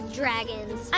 dragons